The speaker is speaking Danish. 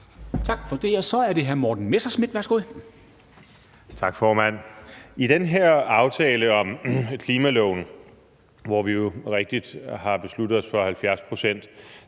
Værsgo. Kl. 11:04 Morten Messerschmidt (DF): Tak, formand. I den her aftale om klimaloven, hvor vi jo rigtigt har besluttet os for 70 pct.,